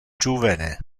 juvene